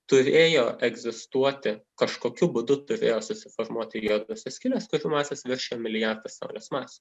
turėjo egzistuoti kažkokiu būdu turėjo susiformuoti juodosios skylės kurių masės viršijo milijardą saulės masių